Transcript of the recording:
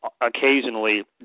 occasionally